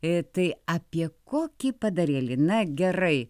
ir tai apie kokį padarėlį na gerai